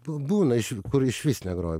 bū būna iš kur išvis negroju